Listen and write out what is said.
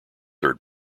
third